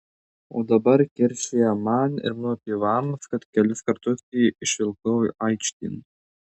o dabar keršija man ir mano tėvams kad kelis kartus jį išvilkau aikštėn